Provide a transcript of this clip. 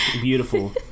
Beautiful